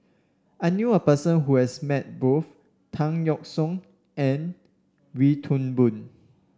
I knew a person who has met both Tan Yeok Seong and Wee Toon Boon